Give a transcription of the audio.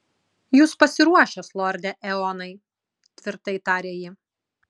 jūs pasiruošęs lorde eonai tvirtai tarė ji